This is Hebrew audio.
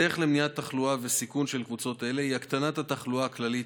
הדרך למניעת תחלואה וסיכון של קבוצות אלה היא הקטנת התחלואה הכללית,